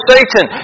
Satan